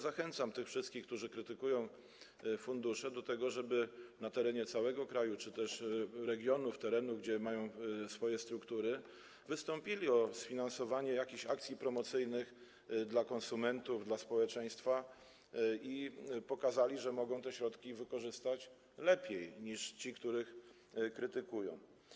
Zachęcam tych wszystkich, którzy krytykują fundusze, do tego, żeby na terenie całego kraju, czy też regionów, terenu gdzie mają swoje struktury, wystąpili o sfinansowanie jakiś akcji promocyjnych dla konsumentów, dla społeczeństwa i pokazali, że mogą te środki wykorzystać lepiej niż ci, których krytykują.